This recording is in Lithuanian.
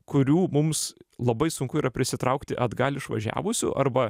kurių mums labai sunku yra prisitraukti atgal išvažiavusių arba